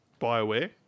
Bioware